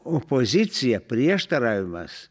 opozicija prieštaravimas